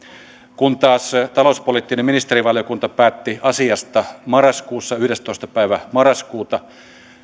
kun taas talouspoliittinen ministerivaliokunta päätti asiasta marraskuussa yhdestoista päivä marraskuuta